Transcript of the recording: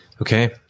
Okay